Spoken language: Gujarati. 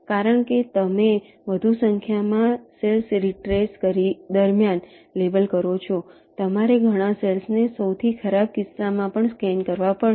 કારણ કે તમે વધુ સંખ્યામાં સેલ્સ રીટ્રેસ દરમિયાન લેબલ કરો છો તમારે ઘણા સેલ્સને સૌથી ખરાબ કિસ્સામાં પણ સ્કેન કરવા પડશે